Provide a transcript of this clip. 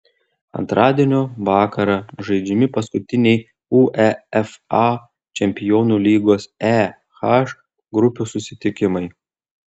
antradienio vakarą žaidžiami paskutiniai uefa čempionų lygos e h grupių susitikimai